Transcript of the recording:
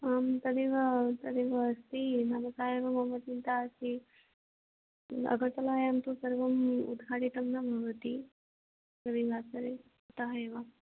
आं तदेव तदेव अस्ति मम सा एव मम चिन्ता अस्ति अगर्तलायां तु सर्वम् उत्घाटितं न भवति रविवासरे अतः एव